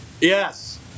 Yes